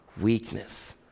weakness